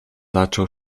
zaczął